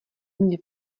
mně